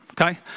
okay